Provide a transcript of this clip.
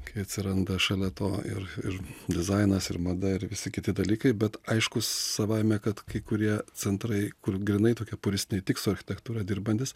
kai atsiranda šalia to ir ir dizainas ir mada ir visi kiti dalykai bet aišku savaime kad kai kurie centrai kur grynai tokie polistiniai tik su architektūra dirbantys